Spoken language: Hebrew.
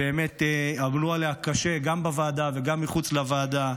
באמת עמלו עליה קשה, גם בוועדה וגם מחוץ לוועדה.